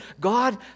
God